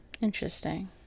Interesting